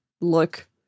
look